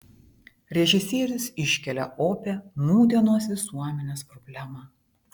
režisierius iškelia opią nūdienos visuomenės problemą